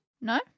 No